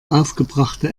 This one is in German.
aufgebrachte